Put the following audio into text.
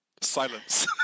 Silence